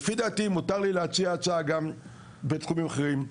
לפי דעתי מותר לי להציע הצעה גם בתחומים אחרים.